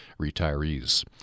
retirees